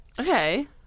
okay